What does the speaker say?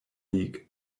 league